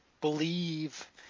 believe